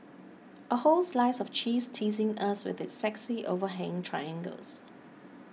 a whole slice of cheese teasing us with its sexy overhanging triangles